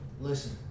listen